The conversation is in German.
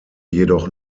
jedoch